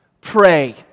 pray